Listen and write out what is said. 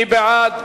מי בעד?